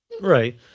Right